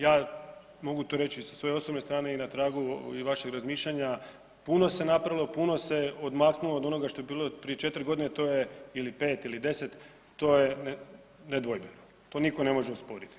Ja mogu to reći i sa svoje osobne strane i tragu i vašeg razmišljanja, puno se napravilo, puno se odmaknulo od onoga što je bilo prije 4 g., to je, ili 5 ili 10, to je nedvojbeno, to nitko ne može osporiti.